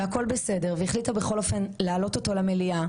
והכול בסדר והיא החליטה בכל אופן להעלות אותו למליאה.